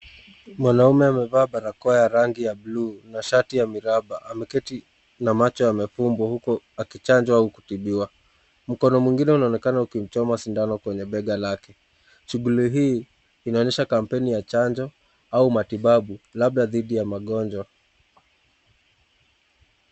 Mwanaume amevaa barakoa ya rangi ya buluu na shati ya miraba. Ameketi na macho yamefumbwa huku akichanjwa au kutibiwa. Mkono mwingine unaonekana ukimchoma sindano kwenye bega lake. Shughuli hii inaonyesha kampeni ya chanjo au matibabu labda dhidi ya magonjwa.